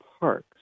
parks